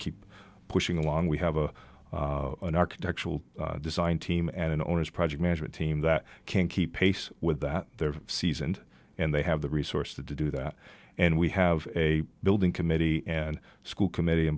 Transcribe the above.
keep pushing along we have a an architectural design team and an owner's project management team that can't keep pace with that they're seasoned and they have the resources to do that and we have a building committee and school committee